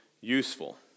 useful